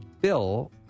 bill